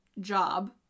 job